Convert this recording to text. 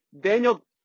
Daniel